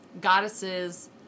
goddesses